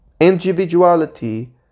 Individuality